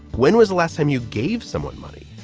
when was the last time you gave someone money?